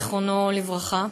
זיכרונו לברכה,